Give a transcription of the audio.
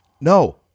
no